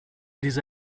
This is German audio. diese